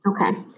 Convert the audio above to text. Okay